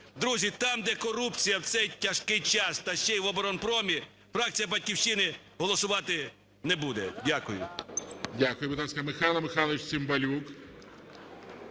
Друзі, там, де корупція в цей тяжкий час та ще й в оборонпромі, фракція "Батьківщина" голосувати не буде. Дякую.